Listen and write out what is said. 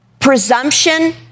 presumption